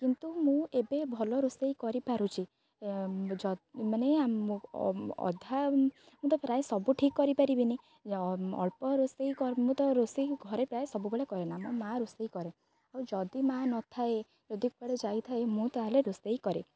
କିନ୍ତୁ ମୁଁ ଏବେ ଭଲ ରୋଷେଇ କରିପାରୁଛି ଯଦି ମାନେ ଅଧା ମୁଁ ତ ପ୍ରାୟ ସବୁ ଠିକ୍ କରିପାରିବିନି ଅଳ୍ପ ରୋଷେଇ ମୁଁ ତ ରୋଷେଇ ଘରେ ପ୍ରାୟ ସବୁବେଳେ କରେ ନା ମୋ ମା ରୋଷେଇ କରେ ଆଉ ଯଦି ମା ନଥାଏ ଯଦି କୁଆଡ଼େ ଯାଇଥାଏ ମୁଁ ତାହେଲେ ରୋଷେଇ କରେ